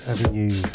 Avenue